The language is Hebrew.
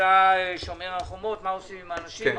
למבצע "שומר החומות", מה עושים עם האנשים?